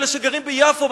אלה שגרים ביפו,